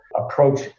approach